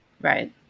Right